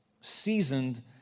seasoned